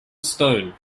stone